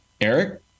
Eric